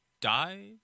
died